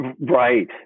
right